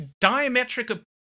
diametric